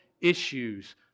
issues